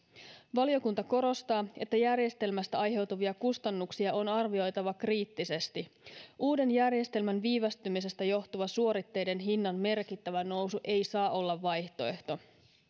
valiokunta korostaa että järjestelmästä aiheutuvia kustannuksia on arvioitava kriittisesti uuden järjestelmän viivästymisestä johtuva suoritteiden hinnan merkittävä nousu ei saa olla vaihtoehto